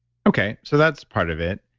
okay. so that's part of it.